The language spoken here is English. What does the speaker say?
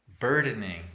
Burdening